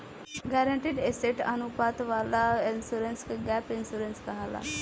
guaranteed asset अनुपात वाला insurance के गैप इंश्योरेंस कहाला